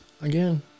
Again